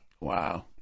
wow